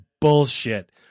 bullshit